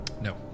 no